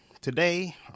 Today